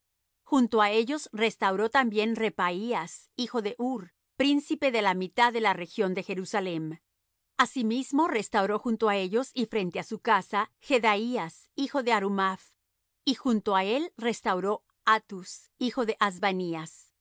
junto á ellos restauró también repaías hijo de hur príncipe de la mitad de la región de jerusalem asimismo restauró junto á ellos y frente á su casa jedaías hijo de harumaph y junto á él restauró hattus hijo de